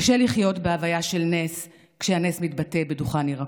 קשה לחיות בהוויה של נס כשהנס מתבטא בדוכן ירקות.